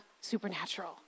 supernatural